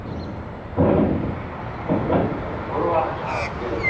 ஒரு வாரங்களா சரி